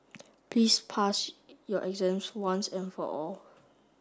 please pass your exams once and for all